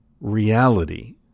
reality